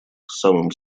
самым